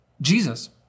Jesus